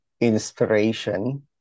inspiration